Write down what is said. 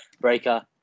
Breaker